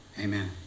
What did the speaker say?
Amen